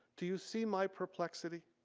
do you see my perplexity?